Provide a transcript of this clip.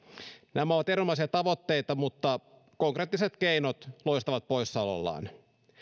nämä ovat erinomaisia tavoitteita mutta konkreettiset keinot loistavat poissaolollaan